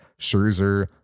Scherzer